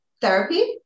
therapy